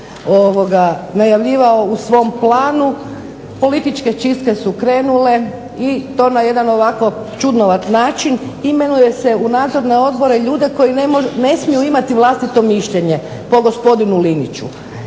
najavljivao u svom planu, političke čistke su krenule i to na jedan ovako čudnovat način, imenuje se u nadzorne odbore ljude koji ne smiju imati vlastito mišljenje po gospodinu Liniću